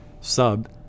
sub